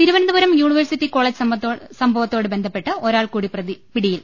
Thiruvananthapuram university college സംഭവത്തോട് ബന്ധപ്പെട്ട് ഒരാൾ കൂടി പിടിയിൽ